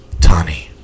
Tani